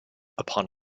upon